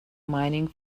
mining